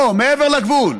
פה, מעבר לגבול: